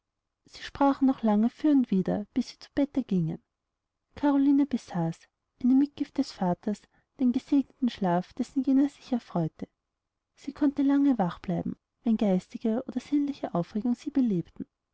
sie sprachen noch lange für und wider bis sie zu bette gingen caroline besaß eine mitgift ihres vaters den gesegneten schlaf dessen jener sich erfreute sie konnte lange wach bleiben wenn geistige oder sinnliche aufregungen sie belebten